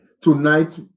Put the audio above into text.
Tonight